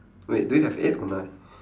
wait do you have eight or nine